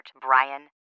Brian